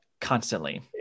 Constantly